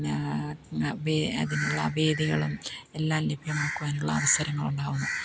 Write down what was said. പിന്നെ അതിനുള്ള വേദികളും എല്ലാം ലഭ്യമാക്കുവാനുള്ള അവസരങ്ങൾ ഉണ്ടാവുന്നു